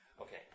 Okay